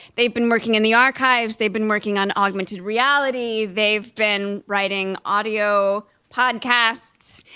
they've been working in the archives, they've been working on augmented reality. they've been writing audio podcasts,